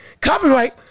Copyright